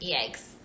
Yikes